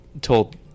told